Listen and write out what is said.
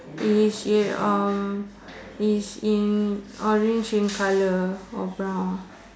it's um it's in orange in colour or brown